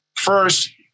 First